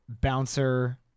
bouncer